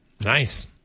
nice